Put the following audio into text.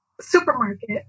supermarket